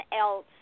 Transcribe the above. else